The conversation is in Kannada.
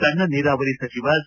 ಸಣ್ಣ ನೀರಾವರಿ ಸಚಿವ ಸಿ